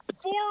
four